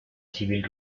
civil